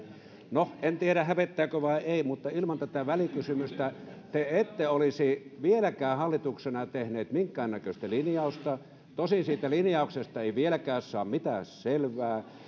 no en tiedä hävettääkö vai ei mutta ilman tätä välikysymystä te ette olisi vieläkään hallituksena tehneet minkäännäköistä linjausta tosin siitä linjauksesta ei vieläkään saa mitään selvää